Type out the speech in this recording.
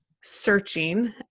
searching